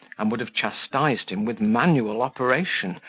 and would have chastised him with manual operation,